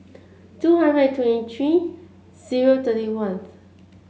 two hundred and twenty three zero thirty ones